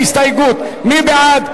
בהסתייגות 29, מי בעד?